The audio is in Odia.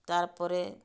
ତାର୍ ପରେ